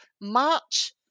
March